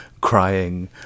crying